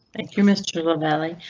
thank you mr lavalley.